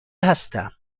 هستم